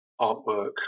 artwork